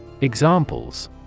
Examples